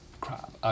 crap